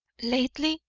lately,